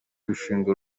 gushinga